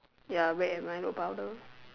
ya bread and milo powder